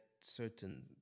certain